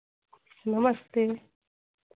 नमस्ते